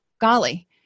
golly